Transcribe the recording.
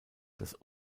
das